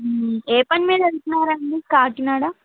ఏ పని మీద వెళ్తున్నారండి కాకినాడ